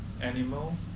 animal